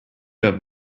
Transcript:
have